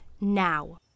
now